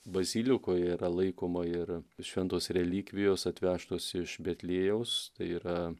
bazilikoje yra laikoma ir šventos relikvijos atvežtos iš betliejaus tai yra